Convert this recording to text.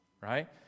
right